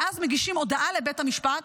ואז מגישים הודעה לבית המשפט,